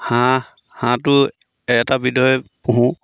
হাঁহ হাঁহটো এটা বিধৰে পোহোঁ